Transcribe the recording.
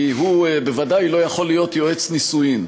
כי הוא בוודאי לא יכול להיות יועץ נישואין.